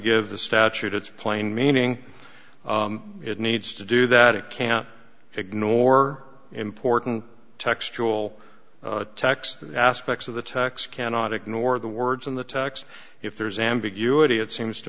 give the statute its plain meaning it needs to do that it can't ignore important textual text aspects of the text cannot ignore the words in the tax if there's ambiguity it seems to